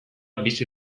bizi